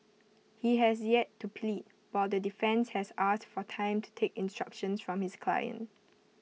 he has yet to plead while the defence has asked for time to take instructions from his client